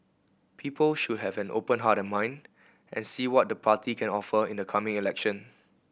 people should have an open heart and mind and see what the party can offer in the coming election